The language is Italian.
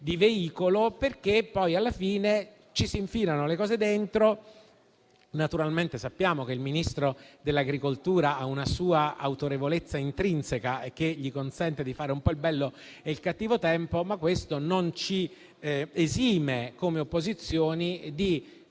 di veicolo, nel quale alla fine si infila di tutto. Naturalmente sappiamo che il Ministro dell'agricoltura ha una sua autorevolezza intrinseca che gli consente di fare un po' il bello e il cattivo tempo, ma questo non ci esime, come opposizioni, di